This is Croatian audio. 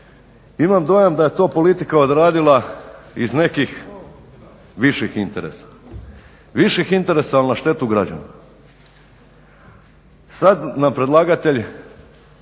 imam dojam da je to politika odradila iz nekih viših interesa, viših interesa ali na štetu građana. Sad nam predlagatelj